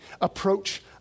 approach